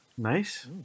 nice